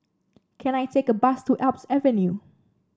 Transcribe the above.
can I take a bus to Alps Avenue